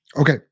Okay